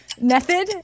method